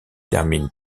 termine